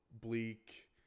bleak